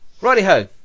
Righty-ho